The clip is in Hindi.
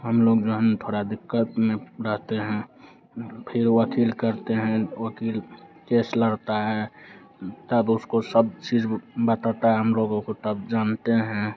हम लोग जो है ना थोड़ी दिक़्क़त में रहते हैं हम फिर वक़ील करते हैं वक़ील केस लड़ता है तब उसको सब चीज़ वह बताता है हम लोगों को तब जानते हैं